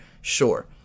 Sure